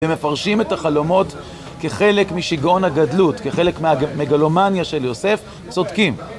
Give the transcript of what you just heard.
הם מפרשים את החלומות כחלק משיגעון הגדלות, כחלק מהמגלומניה של יוסף, צודקים.